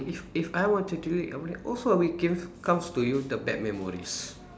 if if I were to delete I will also I will give comes to you the bad memories